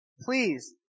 Please